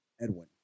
Edwin